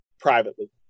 privately